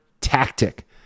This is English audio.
tactic